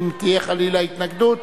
אם חלילה תהיה התנגדות,